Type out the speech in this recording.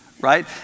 right